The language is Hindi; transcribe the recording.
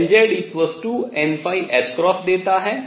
जो आपको Lzn देता है